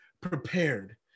prepared